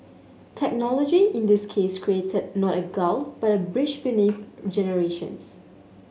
technology in this case created not a gulf but a bridge generations